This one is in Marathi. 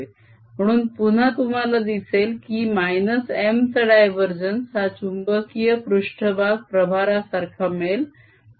म्हणून पुन्हा तुम्हाला दिसेल की - M चा डायवरजेन्स हा चुंबकीय पृष्ट्भाग प्रभारासारखा मिळेल